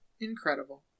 incredible